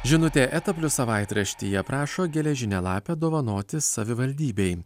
žinutė eta plius savaitraštyje prašo geležinę lapę dovanoti savivaldybei